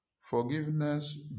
forgiveness